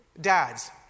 Dads